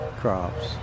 crops